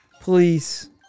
Please